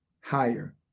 higher